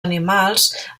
animals